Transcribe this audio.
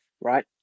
right